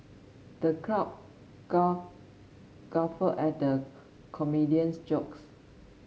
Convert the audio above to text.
the crowd guff guffawed at the comedian's jokes